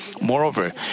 Moreover